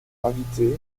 invitées